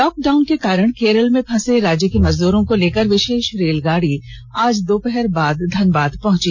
lock down के कारण केरल में फंसे राज्य के मजदूरों को लेकर विषेष रेलगाड़ी आज दोपहर बाद धनबाद पहुंची